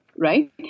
Right